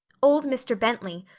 old mr. bentley,